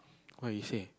what you say